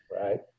Right